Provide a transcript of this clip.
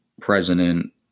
president